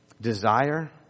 desire